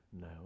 no